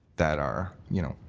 that are, you know,